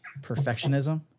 perfectionism